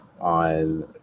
on